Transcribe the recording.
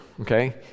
okay